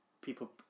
people